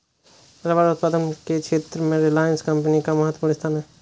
rubber उत्पादन के क्षेत्र में रिलायंस कम्पनी का महत्त्वपूर्ण स्थान है